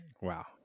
Wow